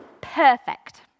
perfect